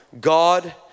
God